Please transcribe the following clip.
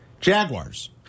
Jaguars